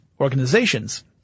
organizations